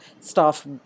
staff